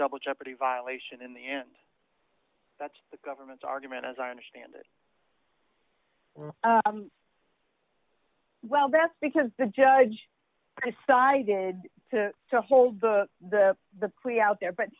double jeopardy violation in the end that's the government's argument as i understand it well that's because the judge decided to to hold the the plea out there